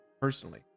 personally